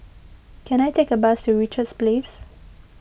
can I take a bus to Richards Place